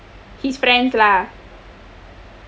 his friends lah